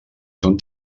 són